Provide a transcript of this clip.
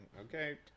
Okay